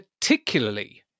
particularly